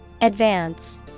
Advance